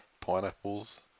Pineapples